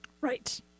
Right